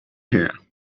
here